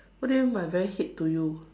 what do you mean by very hate to you